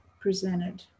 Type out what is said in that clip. presented